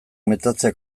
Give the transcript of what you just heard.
metatzea